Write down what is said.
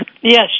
Yes